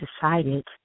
decided